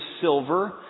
silver